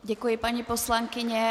Děkuji, paní poslankyně.